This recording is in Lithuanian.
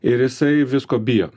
ir jisai visko bijo